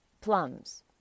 plums